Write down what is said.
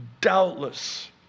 doubtless